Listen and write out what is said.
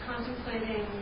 Contemplating